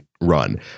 run